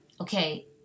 okay